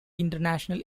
international